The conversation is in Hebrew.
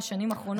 מהשנים האחרונות.